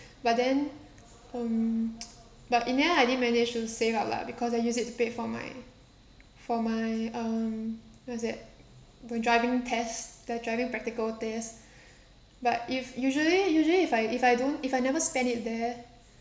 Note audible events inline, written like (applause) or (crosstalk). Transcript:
but then um (noise) but in the end I didn't manage to save up lah because I used it to pay for my for my um what is that the driving test the driving practical test but if usually usually if I if I don't if I never spend it there